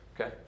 Okay